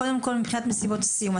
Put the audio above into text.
קודם כל מבחינת מסיבות הסיום,